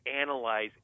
analyze